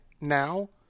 now